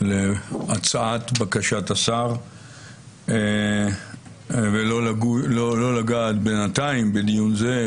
להצעת/בקשת השר ולא לגעת בינתיים, בדיון זה,